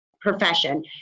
profession